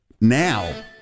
now